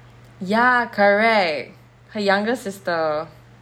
ya correct her younger sister